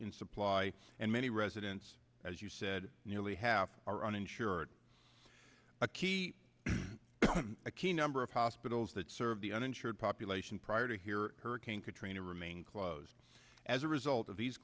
in supply and many residents as you said nearly half are uninsured a key a key number of hospitals that serve the uninsured population prior to here hurricane katrina remain closed as a result of these